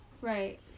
Right